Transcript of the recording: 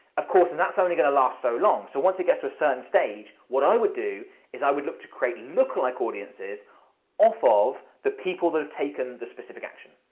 of course, and that's only gonna last so long, so once it gets to a certain stage, what i would do is i would look to create lookalike audiences off of the people that have taken the specific action.